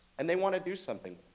and they want to do something